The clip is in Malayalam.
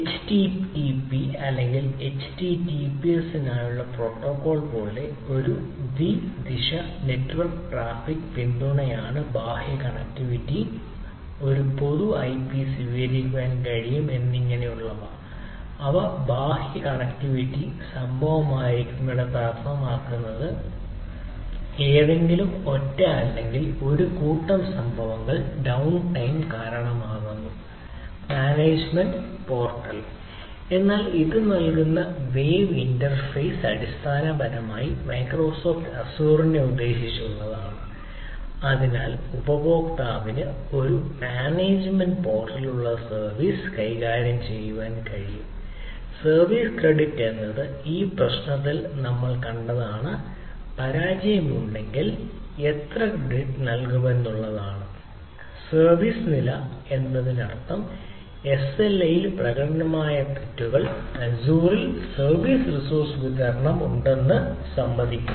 Http അല്ലെങ്കിൽ https നായുള്ള പ്രോട്ടോക്കോൾ പോലുള്ള ഒരു ദ്വിദിശ നെറ്റ്വർക്ക് ട്രാഫിക് സർവീസ് റിസോഴ്സ് വിതരണം ചെയ്യുന്നതിന് ഇത് സമ്മതിക്കുന്നു